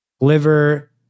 liver